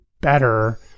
better